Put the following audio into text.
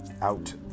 out